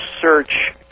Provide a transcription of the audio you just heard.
search